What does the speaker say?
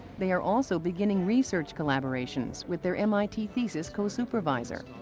they are also beginning research collaborations with their mit thesis co-supervisor.